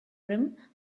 rim